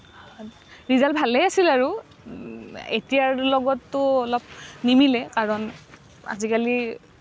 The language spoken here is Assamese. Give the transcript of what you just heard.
ৰিজাল্ট ভালে আছিল আৰু এতিয়াৰ লগততো অলপ নিমিলে কাৰণ আজিকালি